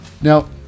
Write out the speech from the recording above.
Now